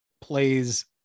plays